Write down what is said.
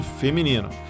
feminino